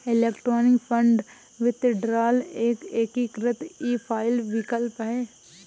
electronic fund withdrawal एक एकीकृत e file विकल्प है